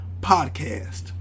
Podcast